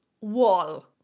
wall